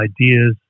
ideas